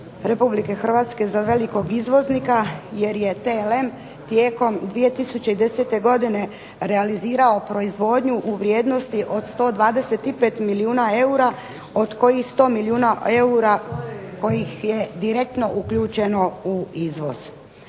Republike Hrvatske za velikog izvoznika jer je TLM tijekom 2010. godine realizirao proizvodnju u vrijednosti od 125 milijuna eura od kojih 100 milijuna eura kojih je direktno uključeno u izvoz.